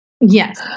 Yes